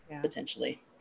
potentially